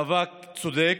למאבק צודק,